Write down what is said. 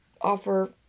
offer